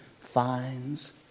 finds